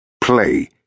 Play